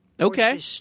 Okay